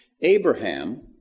Abraham